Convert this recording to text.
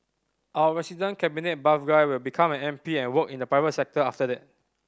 our resident cabinet buff guy will become an M P and work in the private sector after that